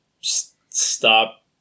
stop